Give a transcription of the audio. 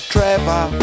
Trevor